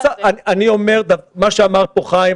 מה שאמר כאן חיים,